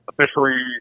officially